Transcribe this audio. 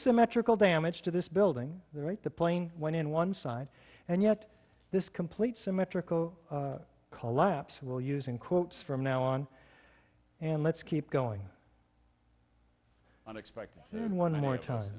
asymmetrical damage to this building the right the plane went in one side and yet this complete symmetrical collapse will using quotes from now on and let's keep going on expecting one more time